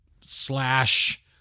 slash